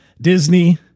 Disney